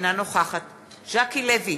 אינה נוכחת ז'קי לוי,